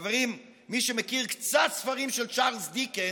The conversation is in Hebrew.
חברים, מי שמכיר קצת ספרים של צ'רלס דיקנס,